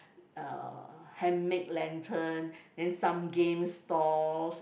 uh handmade lantern then some game stalls